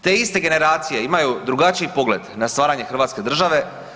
Te iste generacije imaju drugačiji pogled na stvaranje hrvatske države.